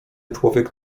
człowiek